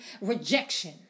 rejection